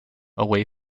away